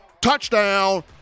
touchdown